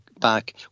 back